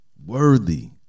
Worthy